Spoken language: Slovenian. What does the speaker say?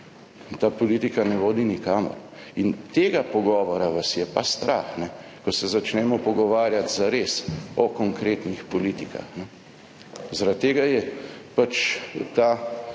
ta politika ne vodi nikamor. Tega pogovora vas je pa strah, kajne, ko se začnemo pogovarjati zares o konkretnih politikah. Zaradi tega je ta